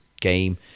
game